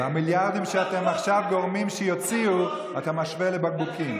ואת המיליארדים שאתם עכשיו גורמים שיוציאו אתה משווה לבקבוקים.